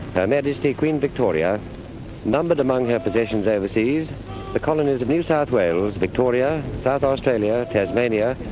her majesty queen victoria numbered among her possessions overseas the colonies of new south wales, victoria, south australia, tasmania,